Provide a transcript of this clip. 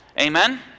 Amen